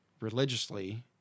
religiously